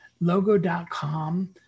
Logo.com